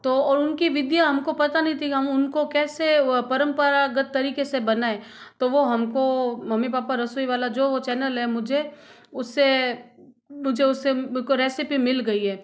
तो उनकी विधि हमको पता नहीं थी हम उनको कैसे परंपरागत तरीक़े से बनाए तो वो हमको मम्मी पापा रसोई वाला जो वो चैनल है मुझे उससे मुझे उससे रैसीपी मिल गई है